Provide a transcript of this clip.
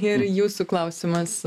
ir jūsų klausimas